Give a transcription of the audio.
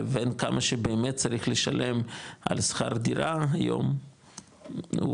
לבין כמה שבאמת צריך לשלם על שכר דירה היום הוא